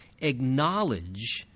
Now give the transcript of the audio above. acknowledge